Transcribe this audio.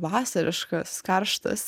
vasariškas karštas